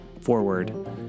forward